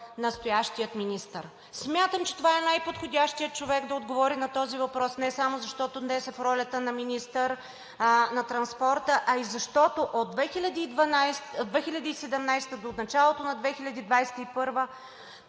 настоящия министър. Смятам, че това е най-подходящият човек да отговори на този въпрос не само защото днес е в ролята на министър на транспорта, а и защото от 2017-а до началото на 2021